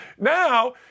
Now